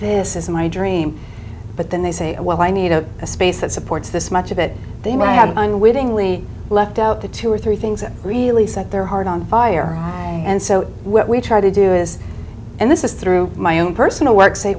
this is my dream but then they say oh well i need a space that supports this much of it they might have unwittingly left out the two or three things that really set their heart on fire and so what we try to do is and this is through my own personal work say